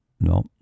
No